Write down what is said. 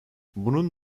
bunun